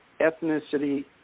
ethnicity